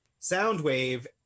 Soundwave